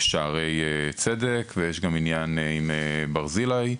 בשערי צדק ויש גם עניין תלוי ועומד עם בית חולים ברזילי.